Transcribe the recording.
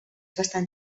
bastant